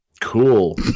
Cool